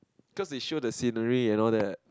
cause it show the scenery and all that